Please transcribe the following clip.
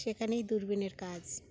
সেখানেই দূরবীণের কাজ